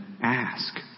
ask